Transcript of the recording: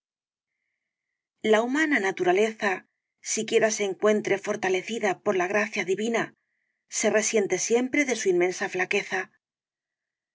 la humana naturaleza siquiera se encuentre fortalecida por la gracia divina se resiente siempre de su inmensa flaqueza